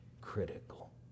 critical